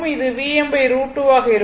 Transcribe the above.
இது Vm √2 ஆக இருக்கும்